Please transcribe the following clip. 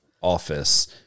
office